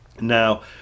now